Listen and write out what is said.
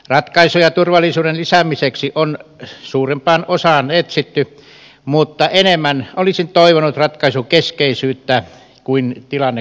ratkaisuja turvallisuuden lisäämiseksi on suurimpaan osaan etsitty mutta enemmän olisin toivonut ratkaisukeskeisyyttä kuin tilannekuvausta